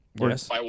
Yes